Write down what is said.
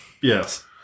Yes